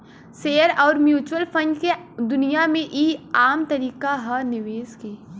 share अउर mutual fund के दुनिया मे ई आम तरीका ह निवेश के